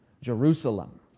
Jerusalem